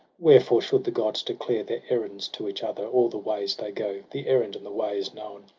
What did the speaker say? wherefore should the gods declare their errands to each other, or the ways they go? the errand and the way is known.